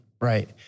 right